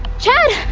chad!